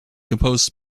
composed